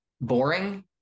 boring